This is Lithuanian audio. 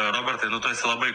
robertai nu tu esi labai